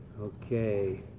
Okay